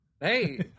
hey